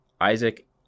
Isaac